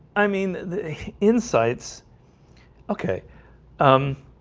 i mean the insights ok i'm